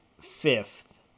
fifth